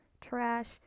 trash